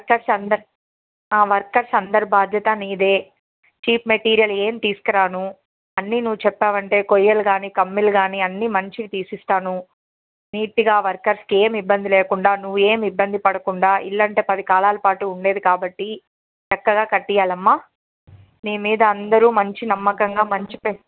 workers workers అందరి బాధ్యత నీదే చీప్ మెటీరియల్ ఏం తీసుకురాను అన్నీ నువ్వు చెప్పావంటే కొయ్యలు కానీ కమ్మీలు కానీ అన్ని మంచివి తీసిస్తాను నీట్గా వర్కర్స్కి ఏం ఇబ్బంది లేకుండా నువ్వు ఏమి ఇబ్బంది పడకుండా ఇల్లంటే పది కాలాలు పాటు ఉండేది కాబట్టి చక్కగా కట్టి ఇవ్లవామ్మా మీ మీద అందరూ మంచి నమ్మకంగా మంచి